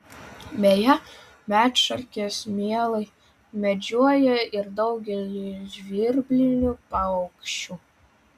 beje medšarkės mielai medžioja ir daugelį žvirblinių paukščių